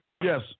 Yes